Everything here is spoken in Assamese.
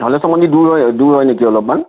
হলেশ্বৰ মন্দিৰ দূৰ হয় দূৰ হয় নেকি অলপমান